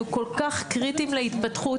הם כל כך קריטיים להתפתחות,